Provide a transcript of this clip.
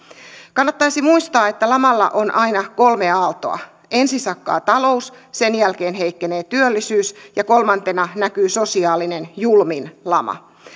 kannattaisi muistaa että lamalla on aina kolme aaltoa ensin sakkaa talous sen jälkeen heikkenee työllisyys ja kolmantena näkyy sosiaalinen julmin lama